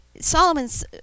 Solomon's